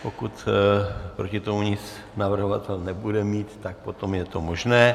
Pokud proti tomu nic navrhovatel nebude mít, tak potom je to možné.